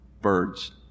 Birds